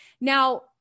Now